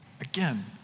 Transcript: Again